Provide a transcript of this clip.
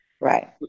Right